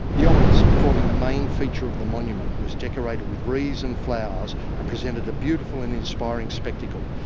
the obelisk forming the main feature of the monument was decorated with wreaths and flowers and presented a beautiful and inspiring spectacle.